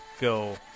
Go